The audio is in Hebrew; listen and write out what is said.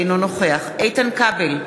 אינו נוכח איתן כבל,